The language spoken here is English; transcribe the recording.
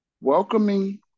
Welcoming